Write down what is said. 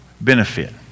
benefit